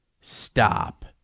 Stop